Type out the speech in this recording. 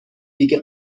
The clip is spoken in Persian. دیگه